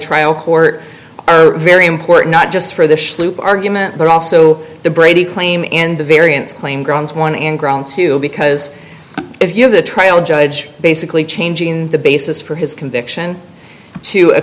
trial court very important not just for the argument but also the brady claim in the variance claim grounds won and grown too because if you have the trial judge basically changing the basis for his conviction to a